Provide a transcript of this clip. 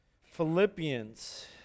Philippians